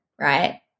right